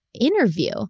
interview